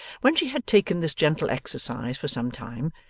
when she had taken this gentle exercise for some time,